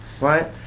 right